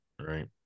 Right